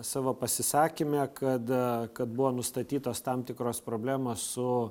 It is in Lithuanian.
savo pasisakyme kad kad buvo nustatytos tam tikros problemos su